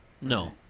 no